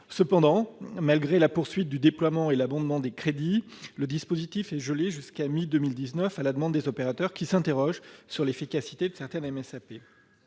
Cependant, malgré la poursuite du déploiement et l'abondement des crédits, le dispositif est gelé jusqu'à la mi-2019 à la demande des opérateurs, qui s'interrogent sur l'efficacité de certaines MSAP.